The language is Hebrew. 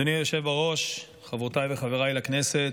אדוני היושב בראש, חברותיי וחבריי לכנסת,